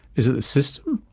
is it the system,